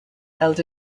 held